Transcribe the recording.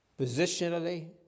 positionally